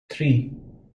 three